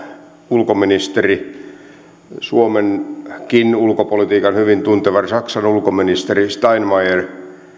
ulkoministeri suomenkin ulkopolitiikan hyvin tunteva saksan ulkoministeri steinmeier